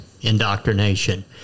indoctrination